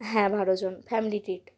হ্যাঁ বারো জন ফ্যামিলি ট্রিট